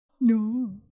No